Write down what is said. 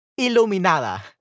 iluminada